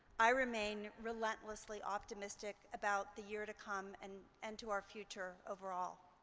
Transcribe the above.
i remain relentlessly optimistic about the year to come and and to our future overall.